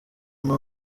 nta